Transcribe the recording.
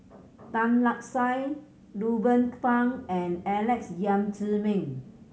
Tan Lark Sye Ruben Pang and Alex Yam Ziming